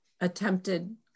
attempted